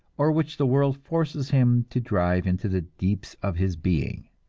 or which the world forces him to drive into the deeps of his being.